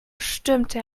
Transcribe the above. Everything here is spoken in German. stürmte